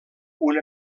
una